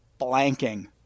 blanking